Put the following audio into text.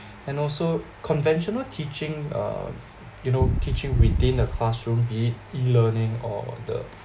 and also conventional teaching uh you know teaching within the classroom be it E-learning or the